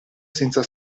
senza